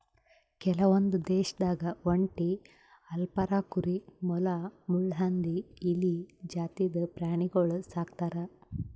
ಕೆಲವೊಂದ್ ದೇಶದಾಗ್ ಒಂಟಿ, ಅಲ್ಪಕಾ ಕುರಿ, ಮೊಲ, ಮುಳ್ಳುಹಂದಿ, ಇಲಿ ಜಾತಿದ್ ಪ್ರಾಣಿಗೊಳ್ ಸಾಕ್ತರ್